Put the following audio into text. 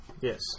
Yes